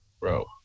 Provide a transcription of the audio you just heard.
bro